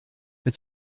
mit